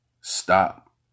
stop